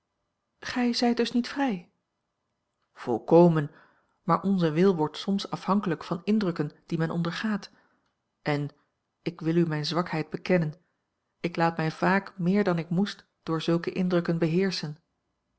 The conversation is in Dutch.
gij zijt dus niet vrij volkomen maar onze wil wordt soms afhanklijk van indrukken die men ondergaat en ik wil u mijne zwakheid bekennen ik laat mij vaak meer dan ik moest door zulke indrukken beheerschen